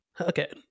okay